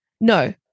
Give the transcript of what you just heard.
No